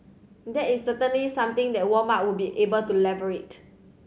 that is certainly something that Walmart would be able to leverage